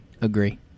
Agree